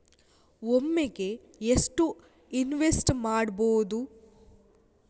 ಒಮ್ಮೆಗೆ ಎಷ್ಟು ಇನ್ವೆಸ್ಟ್ ಮಾಡ್ಬೊದು?